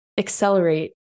accelerate